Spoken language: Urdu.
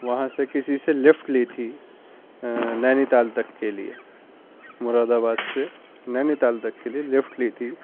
وہاں سے کسی سے لفٹ لی تھی نینی تال تک کے لیے مراد آباد سے نینی تال تک کے لیے لفٹ لی تھی